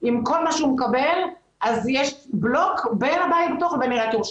אני ישבתי עם הבית הפתוח, לא דחיתי אותו פעם אחת.